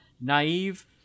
naive